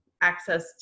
access